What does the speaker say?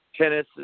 Tennis